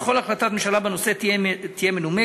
וכל החלטת ממשלה בנושא תהיה מנומקת,